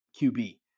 QB